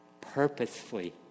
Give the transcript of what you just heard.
purposefully